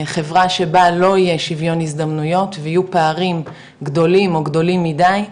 חברה שבה לא יהיה שיווין הזדמנויות ויהיו פערים גדולים או גדולים מדי,